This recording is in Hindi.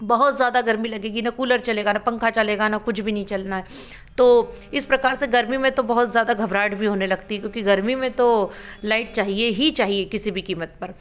बहुत ज़्यादा गर्मी लगेगी न कूलर चलेगा न पंखा चलेगा न कुछ भी नहीं चलना है तो इस प्रकार से गर्मी में तो बहुत ज़्यादा घबराहट भी होने लगती है क्यूकि गर्मी में तो लाइट चाहिए ही चाहिए किसी भी कीमत पर